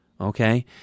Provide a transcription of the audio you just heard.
okay